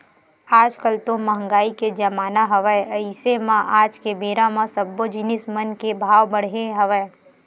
आज कल तो मंहगाई के जमाना हवय अइसे म आज के बेरा म सब्बो जिनिस मन के भाव बड़हे हवय